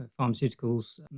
pharmaceuticals